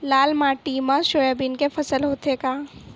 लाल माटी मा सोयाबीन के फसल होथे का?